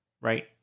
right